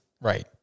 Right